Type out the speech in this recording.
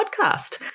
podcast